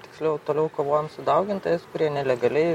tiksliau toliau kovojanm su daugintojais kurie nelegaliai